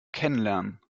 kennenlernen